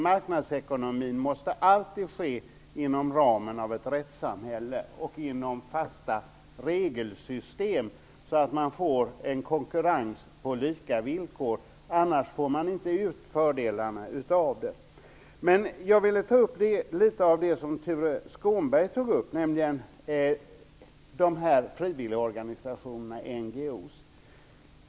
Marknadsekonomi måste alltid ske inom ramen av ett rättssamhälle och inom fasta regelsystem så att man får en konkurrens på lika villkor, annars får man inte ut fördelarna av den. Jag vill ta upp något som också Tuve Skånberg tog upp, nämligen frivilligorganisationer, s.k. NGO:er.